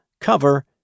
cover